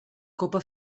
copa